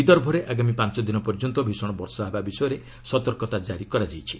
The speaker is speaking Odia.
ବିଦର୍ଭରେ ଆଗାମୀ ପାଞ୍ଚ ଦିନ ପର୍ଯ୍ୟନ୍ତ ଭିଷଣ ବର୍ଷା ହେବା ବିଷୟରେ ସତର୍କତା କ୍ୱାରି କରାଯାଇଛି